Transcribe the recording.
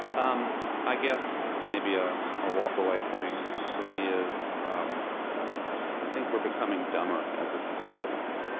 um i guess maybe ah a walk-away point for me is um i think we're becoming dumber as a society yes